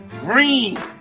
green